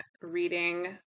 reading